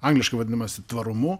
angliškai vadinam mes tvarumu